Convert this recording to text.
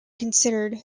considered